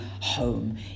home